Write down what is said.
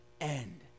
end